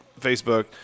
Facebook